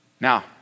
Now